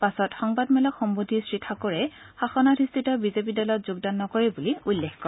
পাছত সংবাদেমলত সম্বোধি শ্ৰীঠাকৰে শাসনাধিস্থিত বিজেপি দলত যোগদান নকৰে বুলি উল্লেখ কৰে